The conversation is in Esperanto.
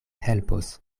helpos